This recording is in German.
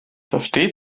versteht